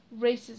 racism